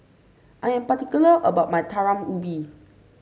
I am particular about my Talam Ubi